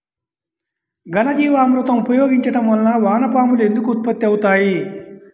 ఘనజీవామృతం ఉపయోగించటం వలన వాన పాములు ఎందుకు ఉత్పత్తి అవుతాయి?